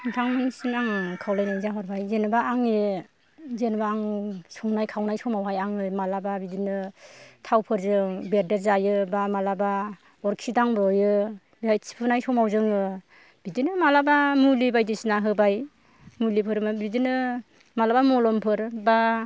नोंथांमोननिसिम आं खावलायनाय जाहरबाय जेनोबा आंनि जेन'बा आं संनाय खावनाय समावहाय जेनबा आङो मालाबा बिदिनो थावफोरजों बेरदेर जायो बा मालाबा अरखि दांब्रयो बेवहाय थिफुनाय समाव जोङो बिदिनो मालाबा मुलि बायदिसिना होबाय मुलिफोर बिदिनो मालाबा मलमफोर बा